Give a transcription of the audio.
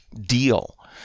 deal